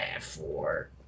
four